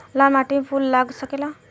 लाल माटी में फूल लाग सकेला?